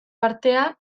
artea